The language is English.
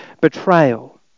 betrayal